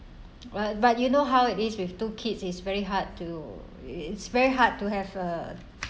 but but you know how it is with two kids is very hard to it's very hard to have a